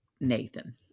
nathan